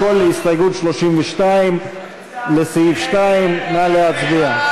הכול להסתייגות 32 לסעיף 2. נא להצביע.